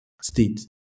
state